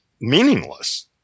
meaningless